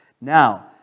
Now